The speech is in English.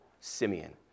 Simeon